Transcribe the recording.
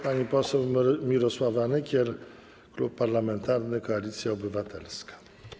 Pani poseł Mirosława Nykiel, Klub Parlamentarny Koalicja Obywatelska.